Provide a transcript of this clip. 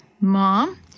Mom